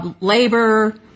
labor